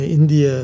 India